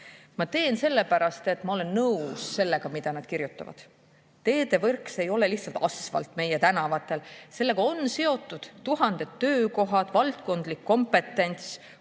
Ma teen sellepärast, et ma olen nõus sellega, mida nad kirjutavad. Teevõrk ei ole lihtsalt asfalt meie tänavatel, sellega on seotud tuhanded töökohad, valdkondlik kompetents,